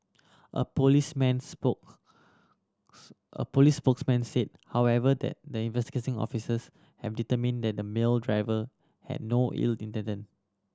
a policeman spokes a police spokesman said however that the investigating officers have determined that the male driver had no ill intended